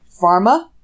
pharma